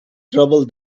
trouble